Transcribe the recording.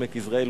עמק יזרעאל,